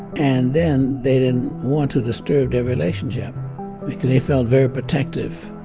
and then they didn't want to disturb their relationship because they felt very protective.